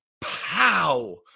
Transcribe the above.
Pow